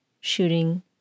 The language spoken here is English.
shooting